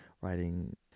writing